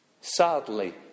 sadly